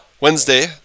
Wednesday